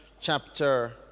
chapter